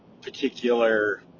particular